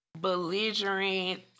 belligerent